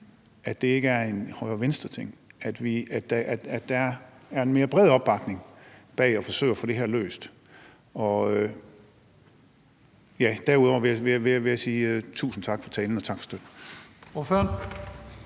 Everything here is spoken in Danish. at det ikke er en højre-venstre-ting, men at der er en mere bred opbakning bag at forsøge at få det her løst. Derudover vil jeg sige tusind tak for talen, og tak for støtten.